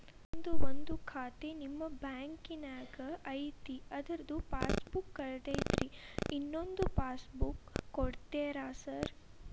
ನಂದು ಒಂದು ಖಾತೆ ನಿಮ್ಮ ಬ್ಯಾಂಕಿನಾಗ್ ಐತಿ ಅದ್ರದು ಪಾಸ್ ಬುಕ್ ಕಳೆದೈತ್ರಿ ಇನ್ನೊಂದ್ ಪಾಸ್ ಬುಕ್ ಕೂಡ್ತೇರಾ ಸರ್?